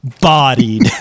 Bodied